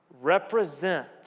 represent